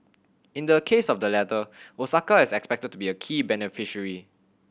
in the case of the latter Osaka is expected to be a key beneficiary